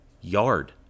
yard